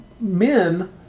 men